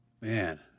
man